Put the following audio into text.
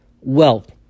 wealth